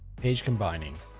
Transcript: page combining.